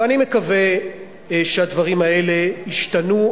ואני מקווה שהדברים האלה ישתנו.